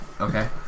Okay